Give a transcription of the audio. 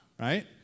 Right